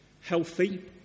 healthy